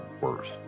worth